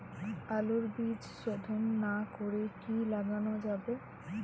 আলুর বীজ শোধন না করে কি লাগানো যাবে?